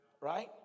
right